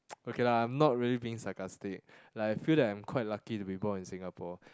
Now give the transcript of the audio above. okay lah I'm not really being sarcastic like I feel like that I'm quite lucky to be born in Singapore